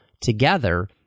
together